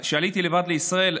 עליתי לבד לישראל,